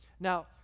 Now